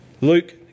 Luke